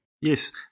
Yes